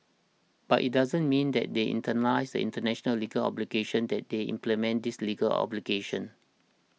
but it doesn't mean that they internalise the international legal obligations that they implement these legal obligations